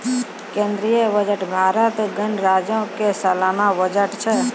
केंद्रीय बजट भारत गणराज्यो के सलाना बजट छै